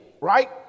right